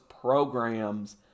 programs